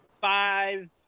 five